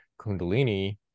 Kundalini